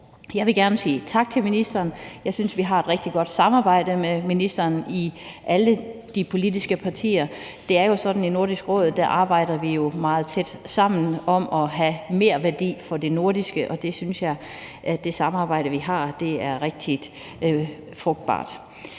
Jeg vil gerne sige tak til ministeren. Jeg synes, vi har et rigtig godt samarbejde med ministeren i alle de politiske partier. Det er jo sådan i Nordisk Råd, at der arbejder vi meget tæt sammen om at skabe merværdi for det nordiske, og jeg synes, at det samarbejde, vi har, er rigtig frugtbart.